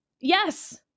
yes